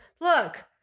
Look